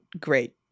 great